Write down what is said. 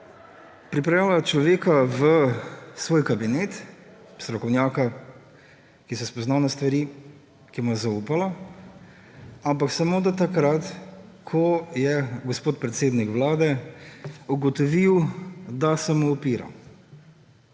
pripeljala človeka v svoj kabinet, strokovnjaka, ki se spozna na stvari, ki mu je zaupala; ampak samo do takrat, ko je gospod predsednik Vlade ugotovil, da se mu upira.